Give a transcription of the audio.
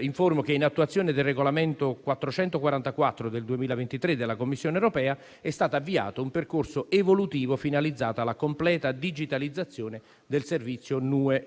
informo che, in attuazione del regolamento n. 444 del 2023 della Commissione europea, è stato avviato un percorso evolutivo finalizzato alla completa digitalizzazione del servizio numero